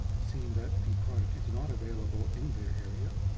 seeing that the product is not available in their area,